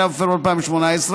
8 בפברואר 2018,